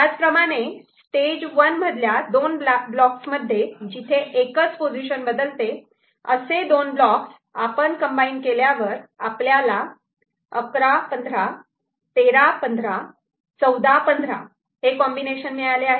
याचप्रमाणे स्टेज 1 मधल्या दोन ब्लॉक्स मध्ये जिथे एकच पोझिशन बदलते असे दोन ब्लॉक्स आपण कम्बाईन केल्यावर आपल्याला 11 15 13 15 14 15 हे कॉम्बिनेशन मिळाले आहेत